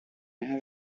have